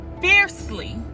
fiercely